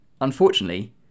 Unfortunately